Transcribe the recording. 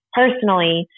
personally